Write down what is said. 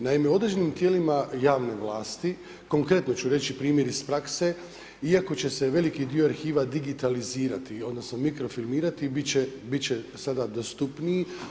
Naime, u određenim tijelima, javne vlasti, konkretno ću reći, primjer iz prakse, iako će se veliki dio arhiva digitalizirati, odnosno, mikrofilirati, biti će svakako pristupniji.